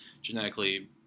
genetically